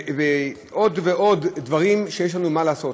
ועוד ועוד דברים שיש לנו מה לעשות.